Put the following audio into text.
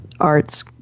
arts